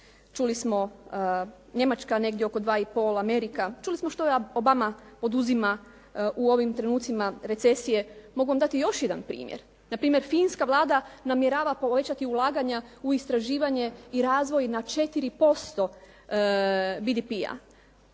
Čuli smo Njemačka negdje oko 2 i pol, Amerika, čuli smo što Obama poduzima u ovim trenucima recesije. Mogu dati još jedan primjer. Na primjer finska Vlada namjerava povećati ulaganja u istraživanje i razvoj na četiri